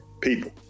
people